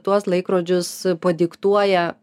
tuos laikrodžius padiktuoja